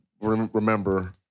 remember